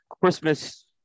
Christmas